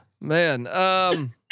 man